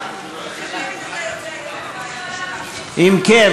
ההצעה להעביר את הצעת